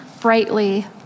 brightly